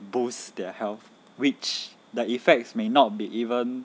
boost their health which the effects may not be even